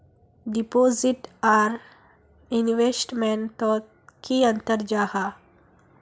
Deposit आर investment तोत की अंतर जाहा?